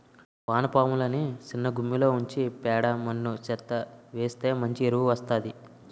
వానపాములని సిన్నగుమ్మిలో ఉంచి పేడ మన్ను చెత్తా వేస్తె మంచి ఎరువు వస్తాది